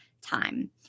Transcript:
time